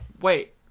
Wait